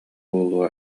буолуо